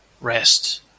rest